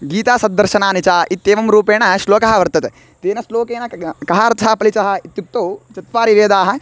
गीता षड् दर्शनानि च इत्येवं रूपेण श्लोकः वर्तते तेन श्लोकेन कः अर्थः पलिचः इत्युक्तौ चत्वारः वेदाः